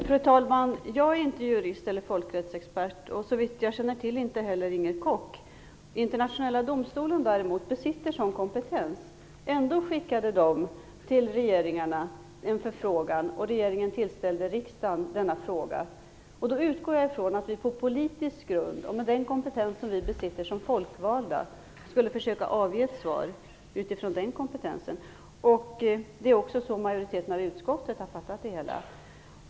Fru talman! Jag är inte jurist eller folkrättsexpert, och det är såvitt jag vet inte heller Inger Koch. Internationella domstolen däremot besitter sådan kompetens. Ändå skickade den till regeringarna en förfrågan, och regeringen tillställde riksdagen denna fråga. Då utgår jag ifrån att vi på politisk grund och med den kompetens som vi besitter som folkvalda skulle försöka avge ett svar utifrån den kompetensen. Det är också så majoriteten i utskottet har fattat det hela.